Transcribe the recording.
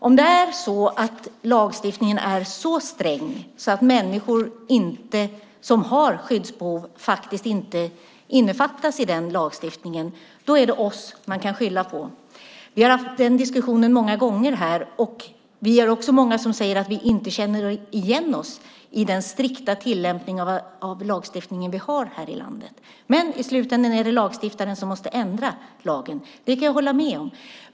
Om lagstiftningen är så sträng att människor som har skyddsbehov inte omfattas av den är det oss man kan skylla på. Vi har haft den diskussionen många gånger här. Vi är också många som säger att vi inte känner igen oss i den strikta tillämpning av lagstiftningen som vi har här i landet. I slutändan är det lagstiftaren som måste ändra lagen. Det kan jag hålla med om.